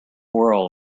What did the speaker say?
world